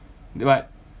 but